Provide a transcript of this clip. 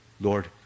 Lord